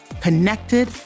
connected